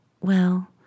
Well